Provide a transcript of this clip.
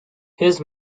his